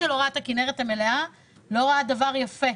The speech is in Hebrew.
מי שלא ראה את הכנרת המלאה לא ראה דבר יפה.